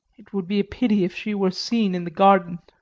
it would be a pity if she were seen in the garden.